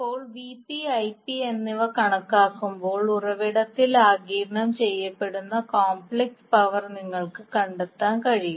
ഇപ്പോൾ Vp Ip എന്നിവ കണക്കാക്കുമ്പോൾ ഉറവിടത്തിൽ ആഗിരണം ചെയ്യപ്പെടുന്ന കോംപ്ലക്സ് പവർ നിങ്ങൾക്ക് കണ്ടെത്താൻ കഴിയും